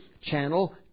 channel